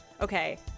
Okay